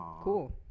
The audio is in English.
Cool